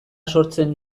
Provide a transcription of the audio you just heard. sortzen